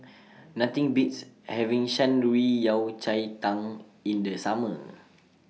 Nothing Beats having Shan Rui Yao Cai Tang in The Summer